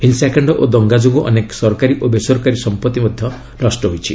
ହିଂସାକାଶ୍ଡ ଓ ଦଙ୍ଗା ଯୋଗୁଁ ଅନେକ ସରକାରୀ ଓ ବେସରକାରୀ ସମ୍ପତ୍ତି ମଧ୍ୟ ନଷ୍ଟ ହୋଇଛି